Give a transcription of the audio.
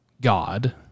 God